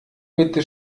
bitte